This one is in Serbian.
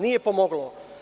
Nije pomoglo.